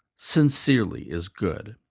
sincerely is good.